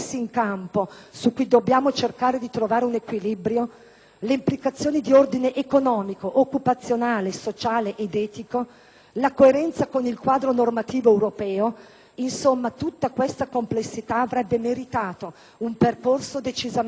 le implicazioni di ordine economico, occupazionale, sociale ed etico, la coerenza con il quadro normativo europeo, insomma, tutta questa complessità avrebbe meritato un percorso decisamente diverso da quello che ci viene proposto dal Governo.